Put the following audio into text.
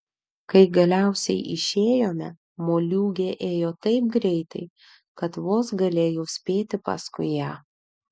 kai galiausiai išėjome moliūgė ėjo taip greitai kad vos galėjau spėti paskui ją